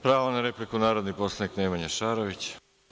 Pravo na repliku, narodni poslanik Nemanja Šarović.